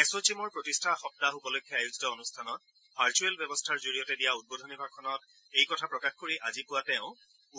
S চেমৰ প্ৰতিষ্ঠা সপ্তাহ উপলক্ষে আয়োজিত অনুষ্ঠানত ভাৰ্চুৱেল ব্যৱস্থাৰ জৰিয়তে দিয়া উদ্বোধনী ভাষণত এই কথা প্ৰকাশ কৰি আজি পুৱা তেওঁ